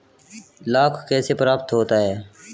लाख कैसे प्राप्त होता है?